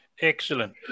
Excellent